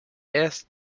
est